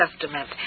Testament